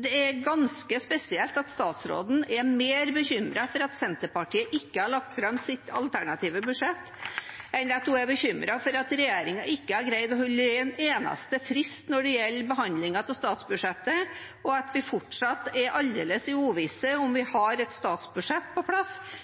det er ganske spesielt at statsråden er mer bekymret for at Senterpartiet ikke har lagt fram sitt alternative budsjett enn for at regjeringen ikke har greid å holde en eneste frist når det gjelder behandlingen av statsbudsjettet, og at vi fortsatt er aldeles i uvisse om vi har et statsbudsjett på plass